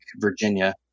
Virginia